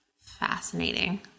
Fascinating